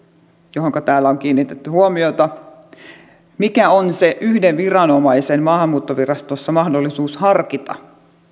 johonka täällä on kiinnitetty huomiota mikä on yhden viranomaisen maahanmuuttovirastossa se mahdollisuus harkita